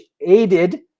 aided